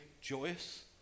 joyous